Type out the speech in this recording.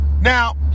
Now